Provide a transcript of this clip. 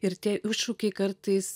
ir tie iššūkiai kartais